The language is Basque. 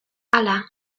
hala